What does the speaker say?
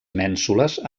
mènsules